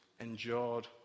endured